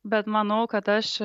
bet manau kad aš